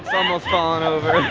almost fallen over